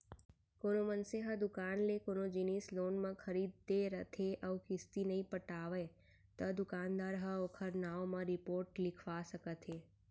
कोनो मनसे ह दुकान ले कोनो जिनिस लोन म खरीदे रथे अउ किस्ती नइ पटावय त दुकानदार ह ओखर नांव म रिपोट लिखवा सकत हे